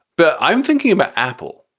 but i'm thinking about apple.